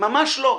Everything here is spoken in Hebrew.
ממש לא.